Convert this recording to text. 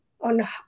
on